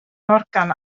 morgan